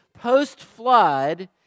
post-flood